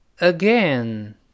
Again